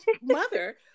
mother